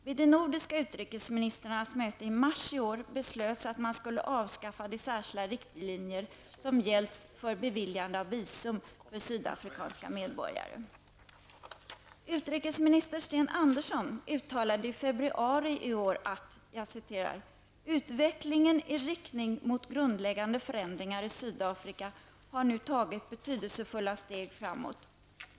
Vid de nordiska utrikesministrarnas möte i mars i år beslöts att man skulle avskaffa de särskilda riktlinjer som gällt för beviljande av visum för sydafrikanska medborgare. Utrikesminister Sten Andersson uttalade i februari i år följande: ''Utvecklingen i riktning mot grundläggande förändringar i Sydafrika har nu tagit betydelsefulla steg framåt.